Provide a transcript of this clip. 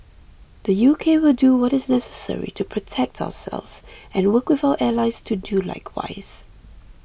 the U K will do what is necessary to protect ourselves and work with our allies to do likewise